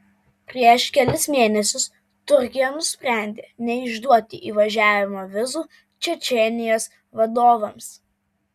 prieš kelis mėnesius turkija nusprendė neišduoti įvažiavimo vizų čečėnijos vadovams